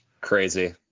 Crazy